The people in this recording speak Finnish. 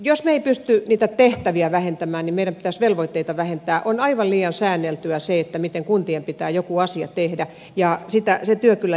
jos me emme pysty niitä tehtäviä vähentämään niin meidän pitäisi velvoitteita vähentää on aivan liian säänneltyä se miten kuntien pitää joku asia tehdä ja se työ kyllä jatkuu